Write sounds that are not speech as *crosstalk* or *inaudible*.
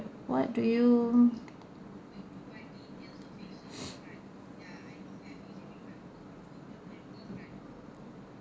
what do you *noise*